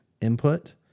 input